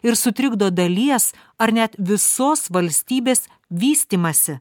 ir sutrikdo dalies ar net visos valstybės vystymąsi